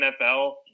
NFL